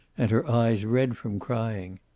and her eyes red from crying.